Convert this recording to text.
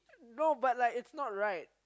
no but like it's not right